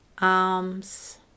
arms